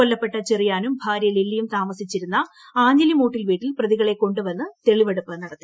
കൊല്ലപ്പെട്ട ചെറിയാനും ഭാര്യ ലില്ലിയും താമസിച്ചിരുന്ന ആഞ്ഞില്പിമൂട്ടിൽ വീട്ടിൽ പ്രതികളെ കൊണ്ടുവന്ന് തെളിവെടുപ്പ് നടത്തി